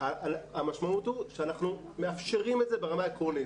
המשמעות היא שאנחנו מאפשרים את זה ברמה העקרונית.